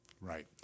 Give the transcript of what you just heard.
right